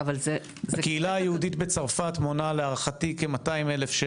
קהילה יהודית בצרפת מונה להערכתי כ-250,000.